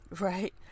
right